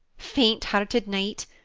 fainthearted knight!